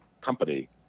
company